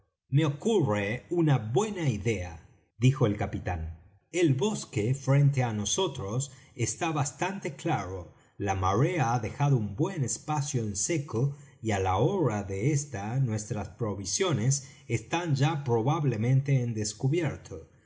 me ocurre una buena idea dijo el capitán el bosque frente á nosotros está bastante claro la marea ha dejado un buen espacio en seco y á la hora de ésta nuestras provisiones están ya probablemente en descubierto